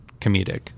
comedic